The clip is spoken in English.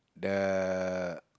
uh